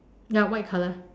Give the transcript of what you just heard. ya white color